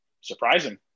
surprising